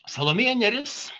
salomėja nėris